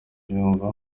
mbyumva